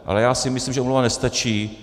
Ale já si myslím, že omluva nestačí.